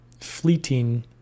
fleeting